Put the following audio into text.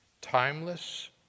Timeless